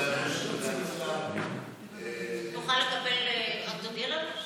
אתה תודיע לנו?